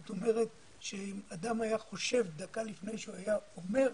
זאת אומרת שאם אדם היה חושב דקה לפני שהוא היה אומר,